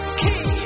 key